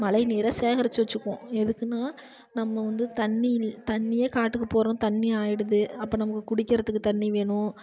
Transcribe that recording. மழைநீர சேகரிச்சு வச்சுக்குவோம் எதுக்குன்னா நம்ம வந்து தண்ணியில் தண்ணியே காட்டுக்கு போகறோம் தண்ணியாயிடுது அப்போ நமக்கு குடிக்கிறத்துக்கு தண்ணி வேணும்